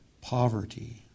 poverty